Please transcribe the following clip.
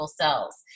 cells